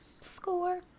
Score